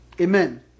Amen